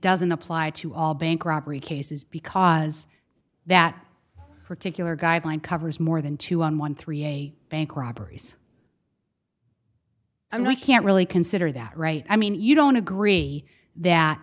doesn't apply to all bank robbery cases because that particular guideline covers more than two on thirteen a bank robberies and i can't really consider that right i mean you don't agree that